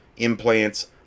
implants